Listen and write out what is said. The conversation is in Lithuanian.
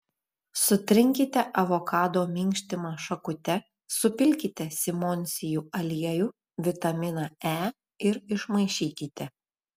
sutrinkite avokado minkštimą šakute supilkite simondsijų aliejų vitaminą e ir išmaišykite